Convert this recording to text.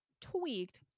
tweaked